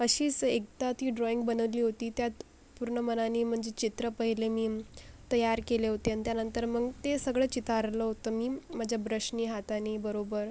अशीच एकदा ती ड्रॉईंग बनवली होती त्यात पूर्ण मनानी म्हणजे चित्र पहिले मी तयार केले होते आणि त्याला नंतर मग ते सगळं चितारलं होतं मी माझ्या ब्रशनी हातानी बरोबर